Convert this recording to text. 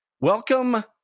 Welcome